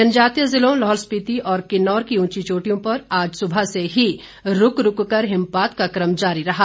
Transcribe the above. जनजातीय जिलों लाहौल स्पिति और किन्नौर की उंची चोटियों पर आज सुबह से ही रूक रूक कर हिमपात का क्रम जारी रहा